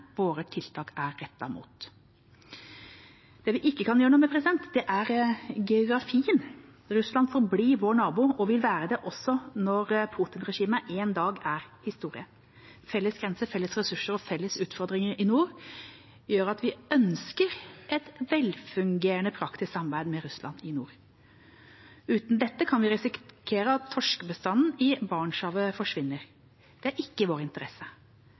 våre tiltak er rettet mot. Det vi ikke kan gjøre noe med, er geografien. Russland forblir vår nabo og vil være det også når Putin-regimet en dag er historie. Felles grense, felles ressurser og felles utfordringer i nord gjør at vi ønsker et velfungerende praktisk samarbeid med Russland i nord. Uten dette kan vi risikere at torskebestanden i Barentshavet forsvinner. Det er ikke i vår interesse.